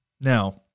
Now